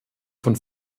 von